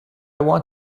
want